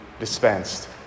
dispensed